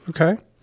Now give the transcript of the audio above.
Okay